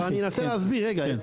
אני אנסה להסביר רגע,